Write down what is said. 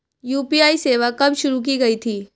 UPI सेवा कब शुरू की गई थी?